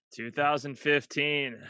2015